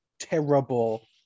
terrible